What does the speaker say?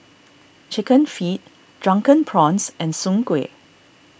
Chicken Feet Drunken Prawns and Soon Kway